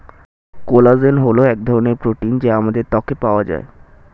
collagen হল এক ধরনের প্রোটিন যা আমাদের ত্বকে পাওয়া যায়